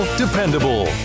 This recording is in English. dependable